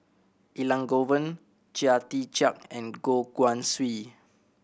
Elangovan Chia Tee Chiak and Goh Guan Siew